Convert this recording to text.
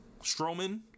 Strowman